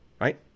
right